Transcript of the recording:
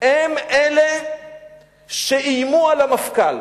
הם אלה שאיימו על המפכ"ל.